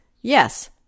Yes